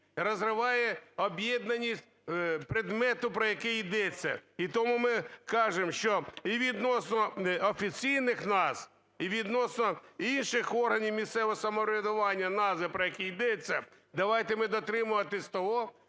розриває об'єднаність предмету, про який йдеться. І тому ми кажемо, що і відносно офіційних назв, і відносно інших органів місцевого самоврядування, назви, про які йдеться, давайте ми дотримуватися того,